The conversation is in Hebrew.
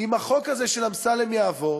אם החוק של אמסלם יעבור,